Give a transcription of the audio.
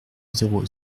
zéro